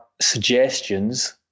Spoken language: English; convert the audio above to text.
suggestions